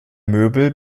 möbel